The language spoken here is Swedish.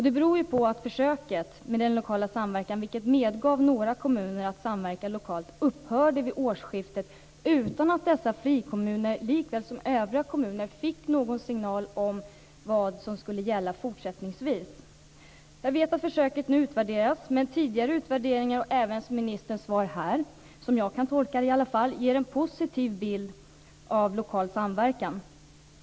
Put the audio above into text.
Det beror på att försöket med lokal samverkan, vilket medgav några kommuner att samverka lokalt, upphörde vid årsskiftet utan att dessa frikommuner likaväl som övriga kommuner fick någon signal om vad som skulle gälla fortsättningsvis. Jag vet att försöket nu utvärderas. Men tidigare utvärderingar och även ministerns svar här, som jag kan tolka det i alla fall, ger en positiv bild av lokal samverkan.